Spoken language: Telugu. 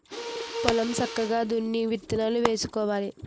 పొలం సక్కగా దున్ని విత్తనాలు వేసుకోవాలి